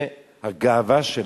זה הגאווה שלה.